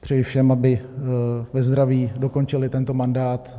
Přeji všem, aby ve zdraví dokončili tento mandát.